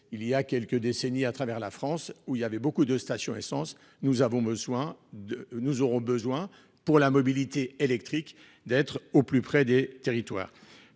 il y a quelques décennies à travers la France où il y avait beaucoup de stations essence, nous avons besoin de nous aurons besoin, pour la mobilité électrique d'être au plus près des territoires